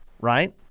right